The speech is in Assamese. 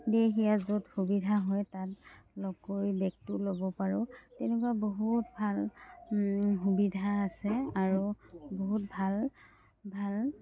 দিয়েহি আৰু য'ত সুবিধা হয় তাত লগ কৰি বেগটো ল'ব পাৰোঁ তেনেকুৱা বহুত ভাল সুবিধা আছে আৰু বহুত ভাল ভাল